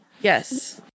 Yes